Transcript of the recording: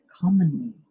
commonly